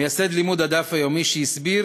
מייסד לימוד הדף היומי, שהסביר